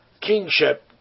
kingship